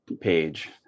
page